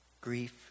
grief